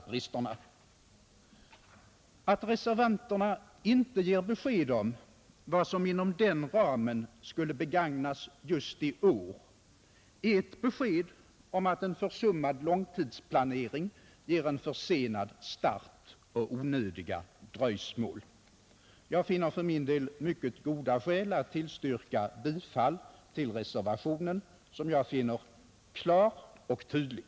Det förhållandet att reservanterna inte anger vad som inom den ramen skulle begagnas just i år är ett besked om att en försummad långtidsplanering medför en försenad start och onödiga dröjsmål. Jag finner för min del mycket goda skäl att tillstyrka bifall till reservationen 3, som jag, till skillnad från statsrådet, anser klar och tydlig.